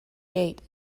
gate